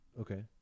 Okay